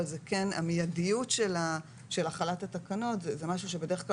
אבל המיידיות של החלת התקנות זה משהו שבדרך כלל